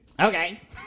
Okay